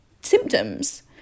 symptoms